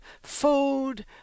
food